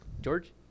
George